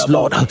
Lord